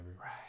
right